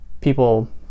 people